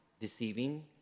deceiving